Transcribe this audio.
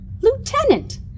Lieutenant